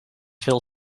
veel